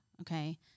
Okay